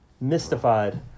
mystified